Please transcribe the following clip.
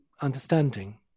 understanding